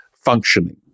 functioning